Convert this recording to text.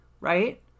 right